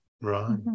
Right